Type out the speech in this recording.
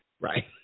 right